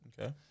Okay